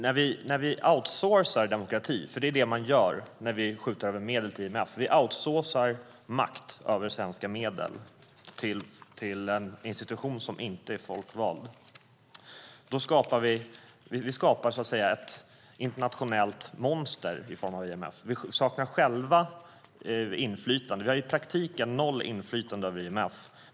När vi outsourcar demokrati - det är det vi gör när vi skjuter över medel till IMF - outsourcar vi makt över svenska medel till en institution som inte är folkvald. Vi skapar så att säga ett internationellt monster i form av IMF. Vi saknar själva inflytande, vi har i praktiken noll inflytande över IMF.